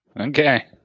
Okay